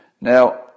Now